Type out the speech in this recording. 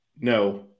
no